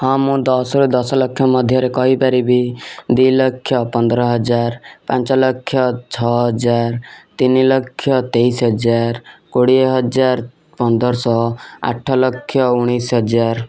ମୁଁ ଦଶରୁ ଦଶ ଲକ୍ଷ ମଧ୍ୟରେ କହିପାରିବି ଦୁଇ ଲକ୍ଷ ପନ୍ଦର ହଜାର ପାଞ୍ଚ ଲକ୍ଷ ଛଅ ହଜାର ତିନି ଲକ୍ଷ ତେଇଶି ହଜାର କୋଡ଼ିଏ ହଜାର ପନ୍ଦର ଶହ ଆଠ ଲକ୍ଷ ଉଣେଇଶି ହଜାର